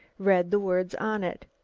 read the words on it.